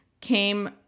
came